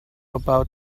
about